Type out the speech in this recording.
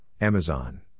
Amazon